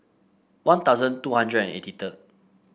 One Thousand two hundred and eighty third